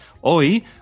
Hoy